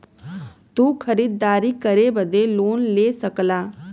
तू खरीदारी करे बदे लोन ले सकला